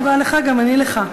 תודה רבה לך, גם אני מודה לך.